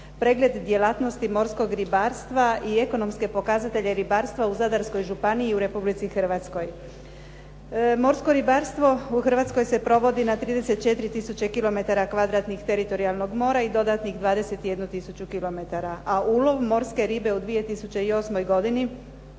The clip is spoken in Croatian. pregled djelatnosti morskog ribarstva i ekonomske pokazatelje ribarstva u Zadarskoj županiji i u Republici Hrvatskoj. Morsko ribarstvo u Hrvatskoj se provodi na 34 tisuće kilometara kvadratnih teritorijalnog mora i dodatnih 21 tisuću kilometara, a ulov morske ribe u 2008. godini